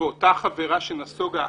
ואותה חברה שנסוגה,